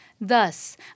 Thus